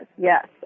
yes